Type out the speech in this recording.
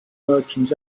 merchants